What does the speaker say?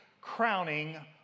crowning